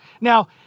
Now